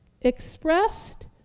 expressed